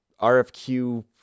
RFQ